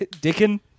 Dickon